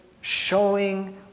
showing